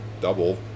Double